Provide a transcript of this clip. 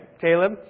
Caleb